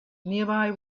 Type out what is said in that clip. nearby